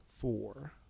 four